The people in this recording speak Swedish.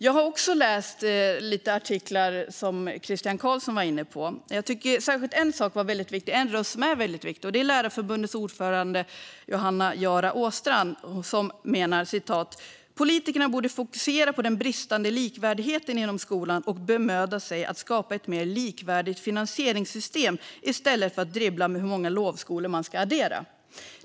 Jag har också läst några artiklar som Christian Carlsson var inne på. En röst som är väldigt viktig är Lärarförbundets ordförande Johanna Jaara Åstrand. Hon menar att politikerna borde fokusera på den bristande likvärdigheten inom skolan och bemöda sig om att skapa ett mer likvärdigt finansieringssystem i stället för att dribbla med hur många lovskolveckor man ska addera.